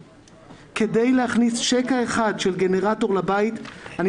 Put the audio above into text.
כדי להכניס שקע אחד של גנרטור לבית אני